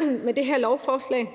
Med det her lovforslag